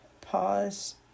pause